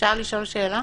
אפשר לשאול שאלה?